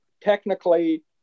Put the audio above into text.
Technically